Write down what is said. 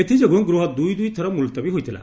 ଏଥି ଯୋଗୁଁ ଗୃହ ଦୁଇ ଦୁଇଥର ମୁଲତବୀ ହୋଇଥିଲା